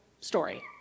story